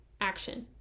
action